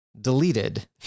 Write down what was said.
deleted